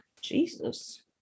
Jesus